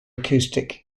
acoustic